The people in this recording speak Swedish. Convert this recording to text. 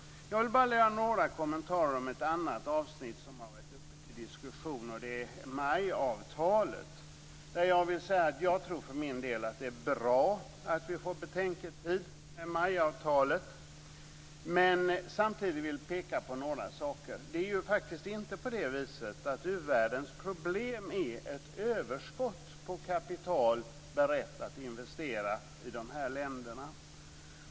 Jag vill göra bara några kommentarer till ett annat avsnitt som har varit uppe till diskussion, och det är MAI-avtalet. Jag tror för min del att det är bra att vi får en betänketid med MAI-avtalet, men jag vill samtidigt peka på några saker. U-världens problem är faktiskt inte att man har ett överskott på kapital berett för investeringar i uländerna.